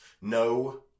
No